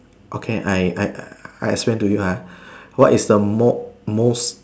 okay I I I explain to you ah what is the mo~ most